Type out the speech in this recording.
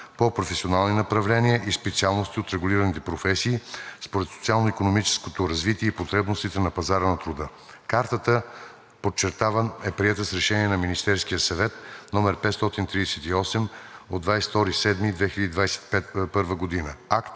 по професионални направления и специалности от регулираните професии според социално-икономическото развитие и потребностите на пазара на труда. Картата, подчертавам, е приета с Решение на Министерския съвет № 538 от 22 юли 2021 г. –